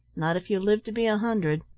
not if you live to be a hundred.